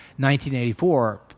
1984